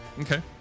Okay